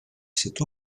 cette